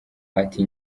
ati